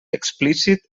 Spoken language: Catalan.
explícit